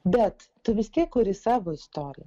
bet tu vis tiek kuri savo istoriją